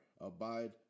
abide